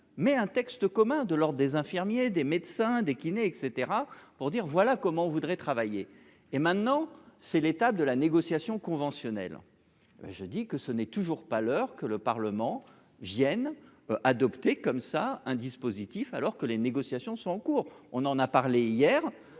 mais un texte commun de l'Ordre des infirmiers, des médecins, des kinés, etc pour dire voilà comment voudrait travailler et maintenant c'est l'étape de la négociation conventionnelle, je dis que ce n'est toujours pas l'heure, que le Parlement Vienne adoptée comme ça un dispositif alors que les négociations sont en cours, on en a parlé hier,